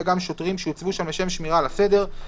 גם שוטרים שהוצבו שם לשם שמירה על הסדר,